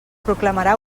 proclamarà